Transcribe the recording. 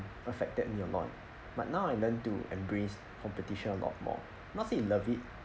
affected me a lot but now I learn to embrace competition a lot more not say is love it